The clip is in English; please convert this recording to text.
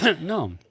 No